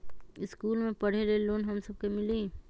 इश्कुल मे पढे ले लोन हम सब के मिली?